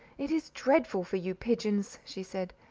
it is dreadful for you pigeons, she said,